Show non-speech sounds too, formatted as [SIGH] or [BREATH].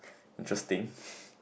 interesting [BREATH]